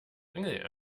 angel